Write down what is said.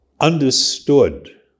understood